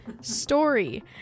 story